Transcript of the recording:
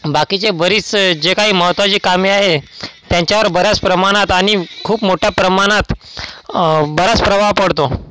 बाकीचे बरीच जे काही महत्त्वाची कामे आहे त्यांच्यावर बऱ्यास प्रमाणात आणि खूप मोठ्या प्रमाणात बराच प्रभाव पडतो